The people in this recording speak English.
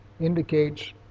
indicates